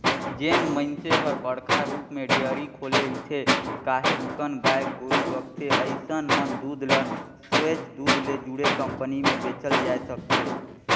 जेन मइनसे हर बड़का रुप म डेयरी खोले रिथे, काहेच कन गाय गोरु रखथे अइसन मन दूद ल सोयझ दूद ले जुड़े कंपनी में बेचल जाय सकथे